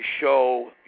show